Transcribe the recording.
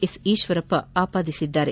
S Eshwarappa ಆಪಾದಿಸಿದ್ದಾರೆ